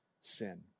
sin